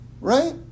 right